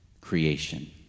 creation